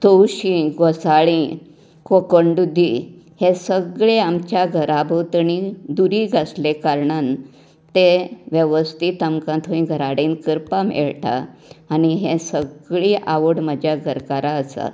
तवशीं घोसाळीं कोकण दुदी हे सगळें आमच्या घरां भोंवतणी दुरीग आसाले कारणान तें वेवस्थीत तांका थंय घरा कडेन करपाक मेळटा आनी हे सगळें आवड म्हज्या घरकाराक आसा